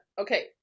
Okay